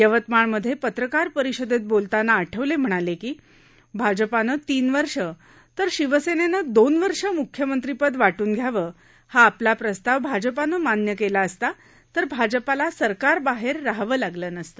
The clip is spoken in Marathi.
यवतमाळमध्ये पत्रकार परिषदेत बोलताना आठवले म्हणाले की भाजपानं तीन वर्ष तर शिवसेनेनं दोन वर्ष मुख्यमंत्रीपद वाटून घ्यावं हा आपला प्रस्ताव भाजपानं मान्य केला असता तर भाजपाला सरकारबाहेर रहावं लागलं नसत